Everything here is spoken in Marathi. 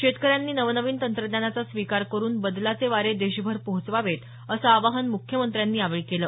शेतकऱ्यांनी नवनवीन तंत्रज्ञानाचा स्वीकार करून बदलाचे वारे देशभर पोहोचवावेत असं आवाहन मुख्यमंत्र्यांनी यावेळी केलं